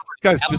Guys